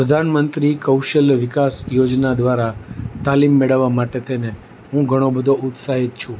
પ્રધાનમંત્રી કૌશલ્ય વિકાસ યોજના દ્રારા તાલીમ મેળવવા માટે થઈને હું ઘણો બધો ઉત્સાહિત છું